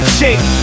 shape